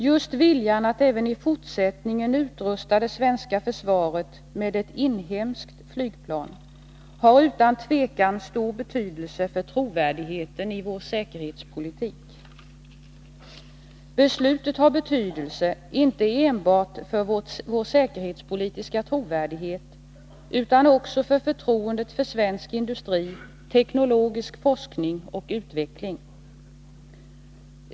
Just viljan att även i fortsättningen utrusta det svenska försvaret med ett inhemskt flygplan har utan tvivel stor betydelse för trovärdigheten i vår säkerhetspolitik. Beslutet har betydelse inte enbart för vår säkerhetspolitiska trovärdighet utan också för förtroendet för svensk industri, teknologisk forskning och utveckling.